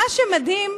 מה שמדהים,